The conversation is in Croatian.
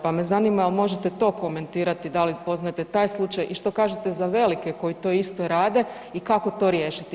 Pa me zanima jel možete to komentirate da li poznajete taj slučaj i što kažete za velike koji to isto rade i kako to riješiti?